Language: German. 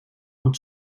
und